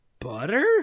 Butter